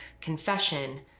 confession